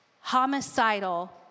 homicidal